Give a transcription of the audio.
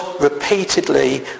repeatedly